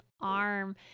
arm